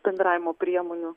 bendravimo priemonių